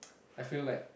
I feel like